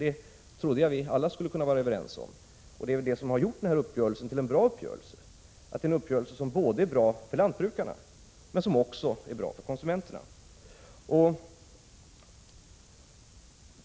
Det trodde jag att vi alla skulle kunna var överens om. Det är väl detta som har gjort denna uppgörelse till en bra uppgörelse. Det är en uppgörelse som är bra både för lantbrukarna och för konsumenterna.